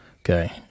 okay